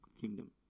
kingdom